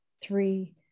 three